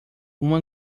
uma